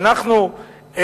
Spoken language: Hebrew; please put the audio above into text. שאנחנו,